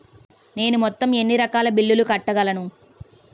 నేను మొత్తం ఎన్ని రకాల బిల్లులు కట్టగలను?